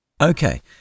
Okay